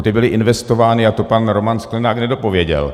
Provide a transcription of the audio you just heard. Ty byly investovány a to pan Roman Sklenák nedopověděl.